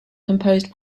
composed